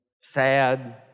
sad